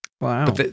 Wow